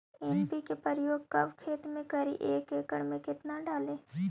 NPK प्रयोग कब खेत मे करि एक एकड़ मे कितना डाली?